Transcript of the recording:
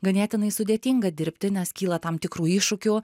ganėtinai sudėtinga dirbti nes kyla tam tikrų iššūkių